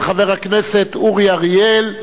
של חבר הכנסת אורי אריאל,